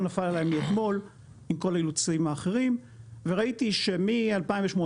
הכל נפל עליי מאתמול עם כל האילוצים האחרים וראיתי שמ-2008,